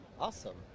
Awesome